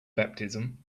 baptism